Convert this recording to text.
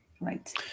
Right